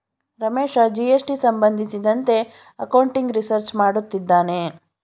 Ramesh GST ಸಂಬಂಧಿಸಿದಂತೆ accounting research ಮಾಡುತ್ತಿದ್ದಾನೆ